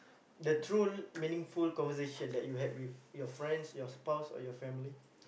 the true meaningful conversation that you had with your friends your spouse or your family